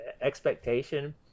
expectation